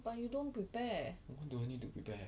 what do I need to prepare